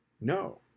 No